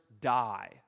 die